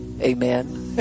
amen